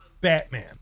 Batman